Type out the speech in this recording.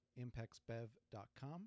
impexbev.com